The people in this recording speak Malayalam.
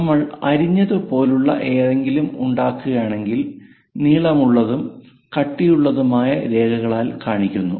നമ്മൾ അരിഞ്ഞത് പോലുള്ള എന്തെങ്കിലും ഉണ്ടാക്കുകയാണെങ്കിൽ നീളമുള്ളതും കട്ടിയുള്ളതുമായ രേഖകളാൽ കാണിക്കുന്നു